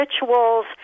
rituals